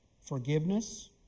Forgiveness